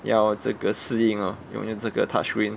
要这个适应 orh 要用这个 touchscreen